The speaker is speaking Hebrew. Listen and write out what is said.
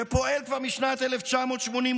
שפועל כבר משנת 1982,